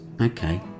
Okay